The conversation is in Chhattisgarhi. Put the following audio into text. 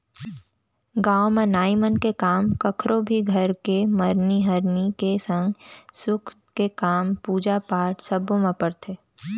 गाँव म नाई मन के काम कखरो भी घर के मरनी हरनी के संग सुख के काम, पूजा पाठ सब्बो म परथे